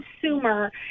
consumer